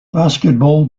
basketball